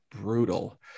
brutal